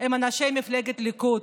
והם אנשי מפלגת הליכוד,